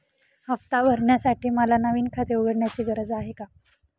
हफ्ता भरण्यासाठी मला नवीन खाते उघडण्याची गरज आहे का?